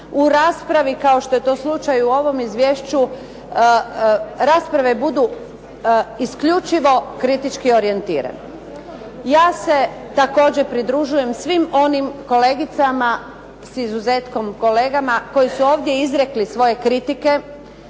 u raspravi, kao što je to slučaj u ovom izvješću, rasprave budu isključivo kritički orijentirane. Ja se također pridružujem svim onim kolegicama, s izuzetkom kolegama, koji su ovdje izrekli svoje kritike.